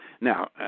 Now